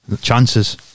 Chances